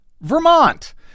Vermont